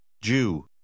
Jew